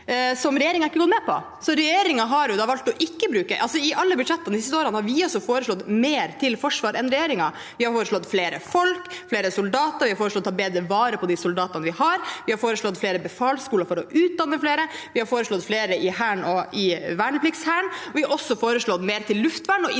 som regjeringen da ikke har valgt å bruke. I alle budsjettene de siste årene har vi altså foreslått mer til Forsvaret enn regjeringen. Vi har foreslått flere folk, flere soldater. Vi har foreslått å ta bedre vare på de soldatene vi har. Vi har foreslått flere befalsskoler for å utdanne flere. Vi har foreslått flere i Hæren og i vernepliktshæren. Vi har også foreslått mer til luftvern og